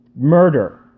Murder